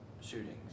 shootings